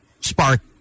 spark